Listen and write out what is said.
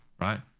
right